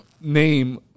name